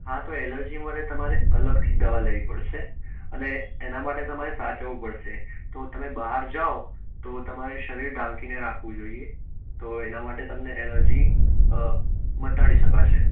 હા તો એલર્જી માટે તમારે અલગથી દવા લેવી પડશે અને એના માટે તમારે સાચવવું પડશે તો તમે બહાર જાઓ તો તમારે શરીર ઢાંકીને રાખવું જોઈએ તો એના માટે તમને એલર્જી મટાડી શકાશે